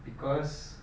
because